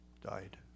died